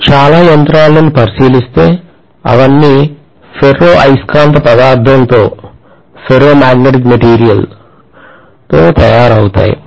మీరు చాలా యంత్రాలను పరిశీలిస్తే అవన్నీ ఫెర్రో అయస్కాంత పదార్థంతో తయారవుతాయి